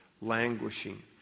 languishing